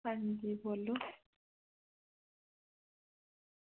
हां जी बोलो